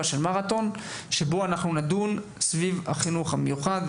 של מרתון שבו אנחנו נדון בחינוך המיוחד.